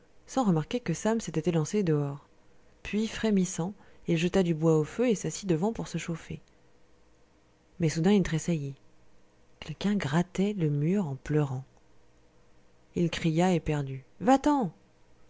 sans remarquer que sam s'était élancé dehors puis frémissant il jeta du bois au feu et s'assit devant pour se chauffer mais soudain il tressaillit quelqu'un grattait le mur en pleurant il cria éperdu va-t-en